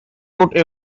wrote